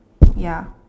ya